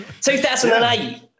2008